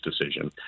decision